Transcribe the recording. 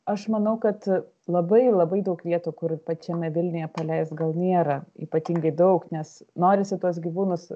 aš manau kad labai labai daug vietų kur pačiame vilniuje paleist gal nėra ypatingai daug nes norisi tuos gyvūnus